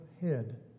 head